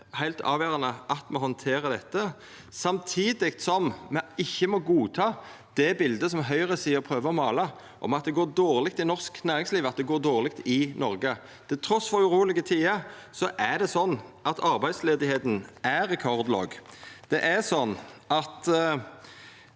heilt avgjerande at me handterer dette, samtidig som me ikkje må godta det bildet som høgresida prøver å måla om at det går dårleg i norsk næringsliv, at det går dårleg i Noreg. Trass i urolege tider er det sånn at arbeidsløysa er rekordlåg. Det er sånn at